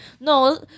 no